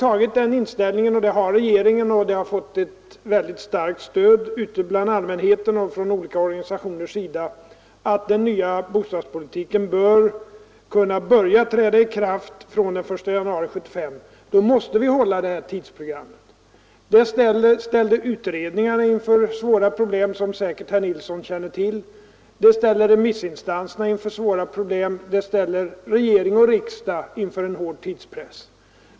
Har man den inställningen — och det har regeringen, som också fått ett starkt stöd för detta ute bland allmänheten och från olika organisationer — att den nya bostadspolitiken bör kunna tillämpas från den 1 januari 1975 då måste vi hålla det här tidsprogrammet. Det ställer utredningarna inför svåra problem, som säkert herr Nilsson känner till, det ställer remissinstanserna inför svåra problem och det ställer regering och riksdag inför en hård tidspress.